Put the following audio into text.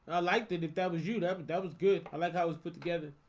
i liked it if that was you that but that was good i left i was put together.